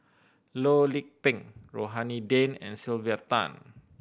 Loh Lik Peng Rohani Din and Sylvia Tan